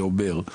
זה אומר,